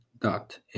dot